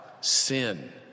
sin